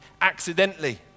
accidentally